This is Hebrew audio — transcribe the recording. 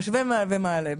משווה ומעלה,